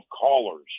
callers